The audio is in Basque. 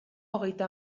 hogeita